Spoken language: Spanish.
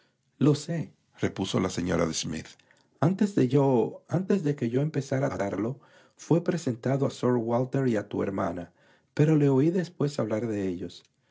lo sé lo sérepuso la señora de smith antes de que yo empezara a tratarlo fué presentado a sir walter y a tu hermana pero le oí después hablar de ellos